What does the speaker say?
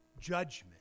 judgment